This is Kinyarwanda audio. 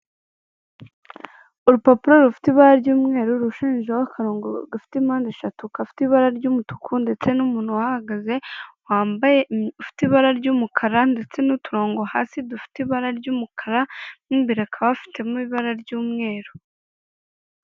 Urupapuro rufite ibara ry'umweru rushushanyeho akarongo gafite impande eshatu, gafite ibara ry'umutuku, ndetse n'umuntu uhahagaze wambaye ufite ibara ry'umukara ndetse n'uturongo hasi dufite ibara ry'umukara n'imbere akaba afitemo ibara ry'umweru.